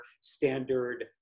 standard